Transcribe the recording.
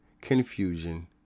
confusion